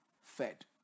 fed